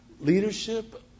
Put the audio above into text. leadership